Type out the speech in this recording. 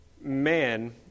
man